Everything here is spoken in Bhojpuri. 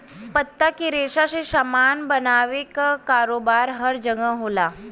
पत्ता के रेशा से सामान बनावे क कारोबार हर जगह होला